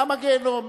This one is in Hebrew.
למה גיהינום?